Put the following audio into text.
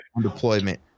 deployment